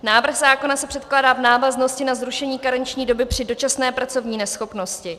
Návrh zákona se předkládá v návaznosti na zrušení karenční doby při dočasné pracovní neschopnosti.